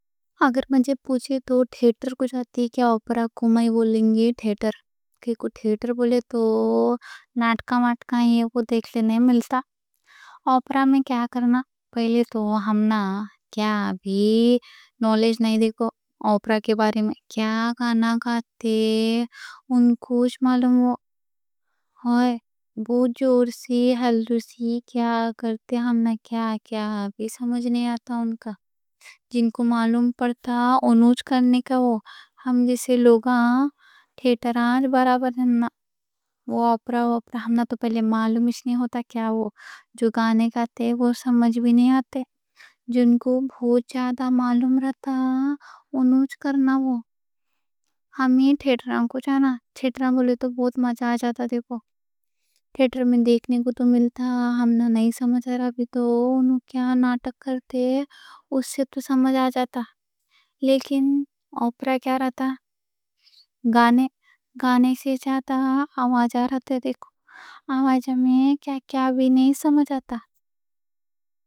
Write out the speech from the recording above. اگر مجھے پوچھے تو تھیٹر کو بولیں گے۔ تھیٹر بولے تو ناٹکا ماتکا یہ وہ دیکھ لینے ملتا۔ اوپرا میں کیا کرنا، پہلے تو ہمنا کیا بھی نالج نہیں، دیکھو اوپرا کے بارے میں۔ کیا گانا گاتے، ان کو اچھ معلوم ہو ہوئے، بہت جور سی ہلوسی کیا کرتے، ہمنا کیا کیا بھی سمجھ نہیں آتا ان کا۔ وہ ہم جیسے لوگاں تھیٹر آج برابر ہے نا، وہ اوپرا، وہ اوپرا، ہمنا تو پہلے معلوم اس نہیں ہوتا۔ کیا وہ جو گانے گاتے، وہ سمجھ بھی نہیں آتے۔ جن کو بہت زیادہ معلوم رہتا انوچ کرنا۔ ہمیں تھیٹراں کو جانا، تھیٹراں بولے تو بہت مزہ آجاتا، دیکھو۔ تھیٹر میں دیکھنے کو تو ملتا، ہمنا نہیں سمجھ رہا بھی تو انو کیا ناٹک کرتے، اوہ اس سے تو سمجھ آجاتا۔ لیکن اوپرا کیا رہتا، گانے گانے سے جاتا آواز آ رہتے، دیکھو آواز میں کیا کیا بھی نہیں سمجھ آتا۔